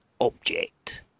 object